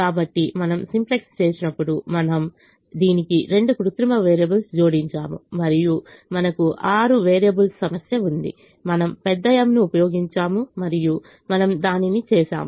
కాబట్టి మనము సింప్లెక్స్ చేసినప్పుడు మనము దీనికి 2 కృత్రిమ వేరియబుల్స్ జోడించాము మరియు మనకు 6 వేరియబుల్ సమస్య ఉంది మనము పెద్ద M ను ఉపయోగించాము మరియు మనము దానిని చేసాము